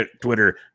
Twitter